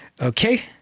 Okay